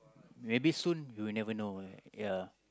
maybe soon you'll never know why ya